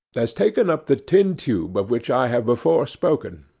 has taken up the tin tube of which i have before spoken,